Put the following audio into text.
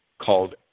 called